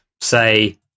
say